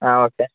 ആ ഓക്കെ